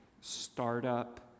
startup